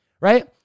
right